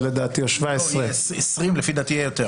לדעתי 16 או 17. 20, לפי דעתי יהיה יותר.